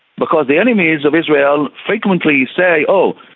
because the enemies of israel frequently say, oh,